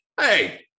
Hey